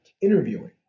interviewing